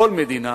כל מדינה,